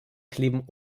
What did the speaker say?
kleben